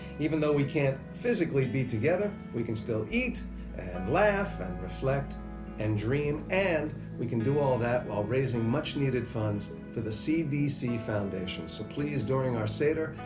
even though we can't physically be together, we can still eat and laugh and reflect and dream and we can do all that while raising much-needed funds for the cdc foundation. so please during our seder,